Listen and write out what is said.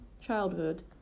childhood